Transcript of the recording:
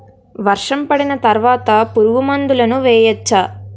వర్షం పడిన తర్వాత పురుగు మందులను వేయచ్చా?